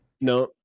No